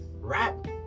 rap